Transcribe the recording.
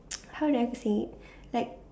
how do I say it like